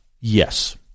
yes